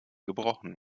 gebrochen